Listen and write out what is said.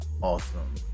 awesome